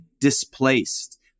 displaced